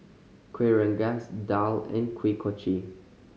Kueh Rengas daal and Kuih Kochi